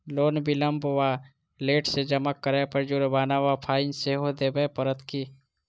Loan विलंब वा late सँ जमा करै पर जुर्माना वा फाइन सेहो देबै पड़त की?